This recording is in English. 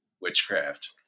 witchcraft